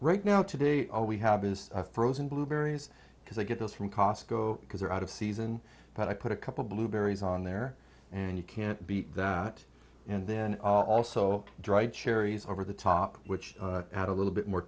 right now today all we have is frozen blueberries because i get those from costco because they're out of season but i put a couple blueberries on there and you can't beat that and then also dried cherries over the top which had a little bit more